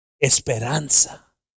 Esperanza